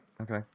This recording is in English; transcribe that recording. Okay